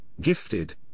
gifted